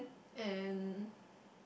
and